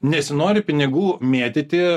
nesinori pinigų mėtyti